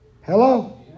Hello